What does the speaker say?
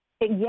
Yes